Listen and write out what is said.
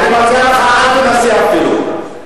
אני מציע לך: אל תנסה אפילו.